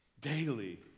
daily